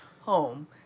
home